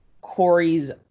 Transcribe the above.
Corey's